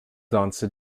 dancer